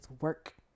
work